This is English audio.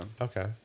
okay